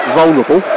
vulnerable